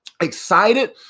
excited